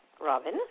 Robin